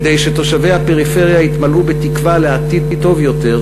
כדי שתושבי הפריפריה יתמלאו בתקווה לעתיד טוב יותר,